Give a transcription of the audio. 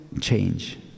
change